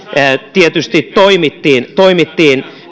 tietysti toimittiin toimittiin